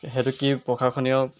সেইটো কি প্ৰশংসনীয়